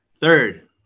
Third